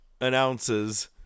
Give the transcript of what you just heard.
announces